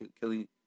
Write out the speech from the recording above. killing